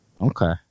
Okay